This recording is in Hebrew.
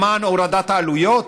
למען הורדת העלויות?